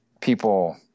people